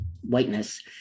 whiteness